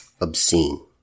Obscene